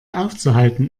aufzuhalten